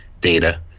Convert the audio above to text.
data